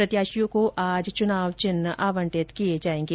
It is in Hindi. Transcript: प्रत्याशियों को आज चुनाव चिन्ह आवंटित किए जाएंगे